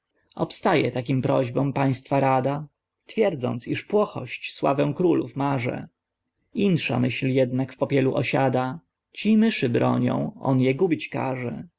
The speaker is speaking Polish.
wykorzenił obstaje takim prośbom państwa rada twierdząc iż płochość sławę królów maże insza myśl jednak w popielu osiada ci myszy bronią on je gubić każe